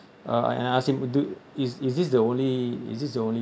uh I ask him do is is this the only is this the only